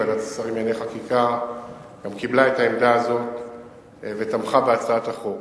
ועדת השרים לענייני חקיקה קיבלה את העמדה הזאת ותמכה בהצעת החוק.